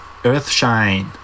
Earthshine